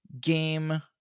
game